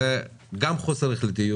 זה גם חוסר החלטיות